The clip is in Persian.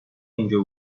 اینجا